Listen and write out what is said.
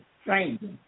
stranger